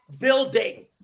building